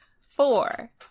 four